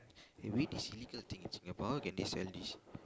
eh weed is illegal thing in Singapore how can they sell this